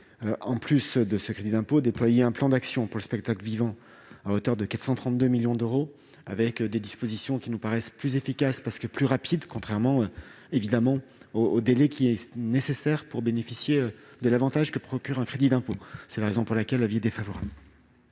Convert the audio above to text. en plus de ce crédit d'impôt, déployé un plan d'action pour le spectacle vivant à hauteur de 432 millions d'euros, avec des dispositions plus efficaces, car rapides, contrairement au délai qui est nécessaire pour bénéficier de l'avantage que procure un crédit d'impôt. C'est la raison pour laquelle j'émets un avis défavorable.